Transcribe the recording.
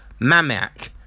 Mamak